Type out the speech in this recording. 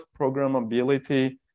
programmability